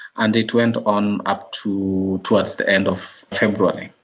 and it went on up to towards the end of february,